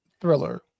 thriller